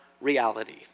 Reality